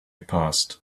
passed